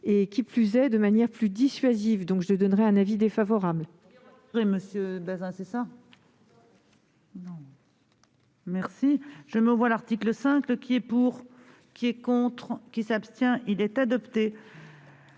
et, qui plus est, de manière plus dissuasive. J'émets donc un avis défavorable